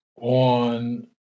on